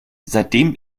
seitdem